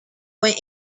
went